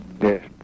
Yes